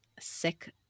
sick